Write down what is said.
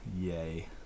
yay